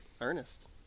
Ernest